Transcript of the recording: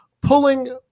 pulling